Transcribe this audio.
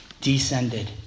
descended